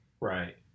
Right